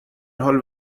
حال